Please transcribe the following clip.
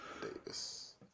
Davis